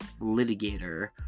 litigator